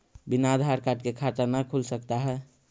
बिना आधार कार्ड के खाता न खुल सकता है?